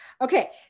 Okay